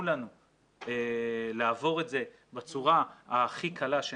לנו לעבור את זה בצורה הכי קלה שניתן.